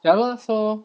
假如说